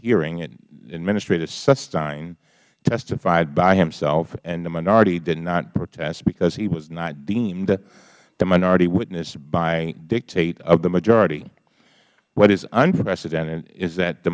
hearing administrator sunstein testified by himself and the minority did not protest because he was not deemed the minority witness by dictate of the majority what is unprecedented is th